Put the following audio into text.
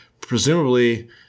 presumably